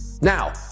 Now